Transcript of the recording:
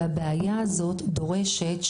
והבעיה הזאת דורשת,